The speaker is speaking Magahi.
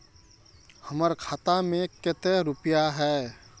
हमर खाता में केते रुपया है?